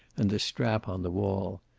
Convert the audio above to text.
and the strap on the wall.